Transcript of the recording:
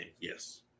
Yes